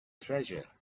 treasure